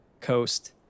coast